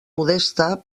modesta